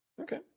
Okay